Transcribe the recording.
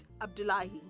Abdullahi